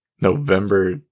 November